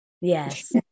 Yes